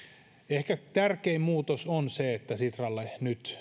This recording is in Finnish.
ehkä tärkein muutos on se että sitralle nyt